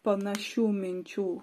panašių minčių